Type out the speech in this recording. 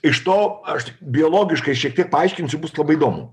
iš to aš biologiškai šiek tiek paaiškinsiu bus labai įdomu